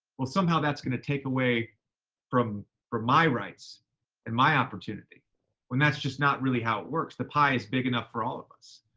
well, somehow that's gonna take away from my rights and my opportunity when that's just not really how it works. the pie is big enough for all of us.